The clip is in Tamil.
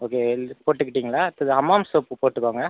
ஓகே போட்டுக்கிட்டிங்களா அடுத்தது ஹமாம் சோப்பு போட்டுக்கோங்கள்